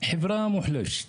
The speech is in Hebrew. חברה מוחלשת,